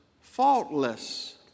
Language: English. faultless